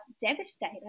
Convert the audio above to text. devastated